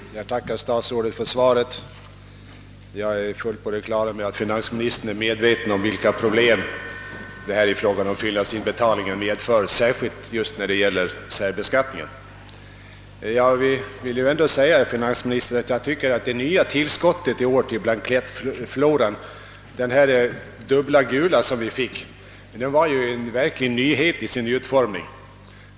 Herr talman! Jag tackar statsrådet för svaret. Av detta framgår att finansministern är medveten om vilka problem fyllnadsinbetalningarna medför just när det gäller särbeskattningen av makar. Det nya tillskottet i år till blankettfloran, alltså denna dubbla gula blankett vi fått, var verkligen en nyhet när det gäller utformningen.